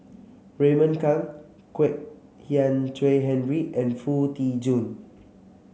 Raymond Kang Kwek Hian Chuan Henry and Foo Tee Jun